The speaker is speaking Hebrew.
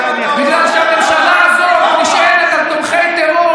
בגלל שהממשלה הזאת נשענת על תומכי טרור,